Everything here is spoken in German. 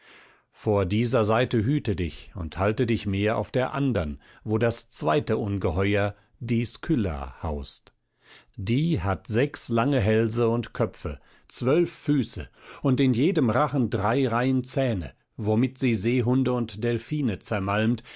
vor dieser seite hüte dich und halte dich mehr auf der andern wo das zweite ungeheuer die skylla haust die hat sechs lange hälse und köpfe zwölf füße und in jedem rachen drei reihen zähne womit sie seehunde und delphine zermalmt